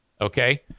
Okay